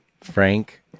Frank